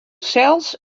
sels